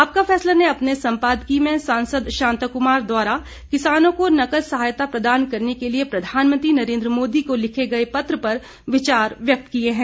आपका फैसला ने अपने संपादकीय में सांसद शांता कुमार द्वारा किसानों को नकद सहायता प्रदान करने के लिए प्रधानमंत्री नरेंद्र मोदी को लिखे गए पत्र पर विचार व्यक्त किए हैं